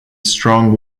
strong